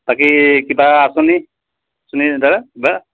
বাকী কিবা আঁচনি আঁচনি দ্বাৰা কিবা